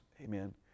Amen